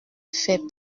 fait